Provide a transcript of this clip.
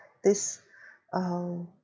this um